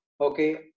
okay